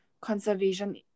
conservation